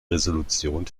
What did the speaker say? resolution